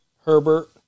Herbert